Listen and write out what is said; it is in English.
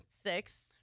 Six